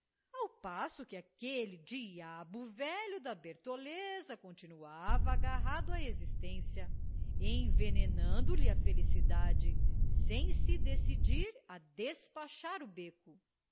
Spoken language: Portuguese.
ao passo que aquele diabo velho da bertoleza continuava agarrado à existência envenenando lhe a felicidade sem se decidir a despachar o beco